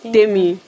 Demi